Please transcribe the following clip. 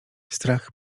strach